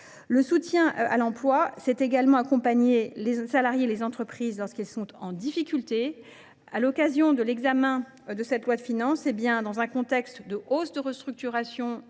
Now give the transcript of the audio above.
Le soutien à l’emploi consiste également à accompagner les salariés et les entreprises lorsqu’elles sont en difficulté. À l’occasion de l’examen de ce projet de loi de finances, dans un contexte de hausse du nombre des restructurations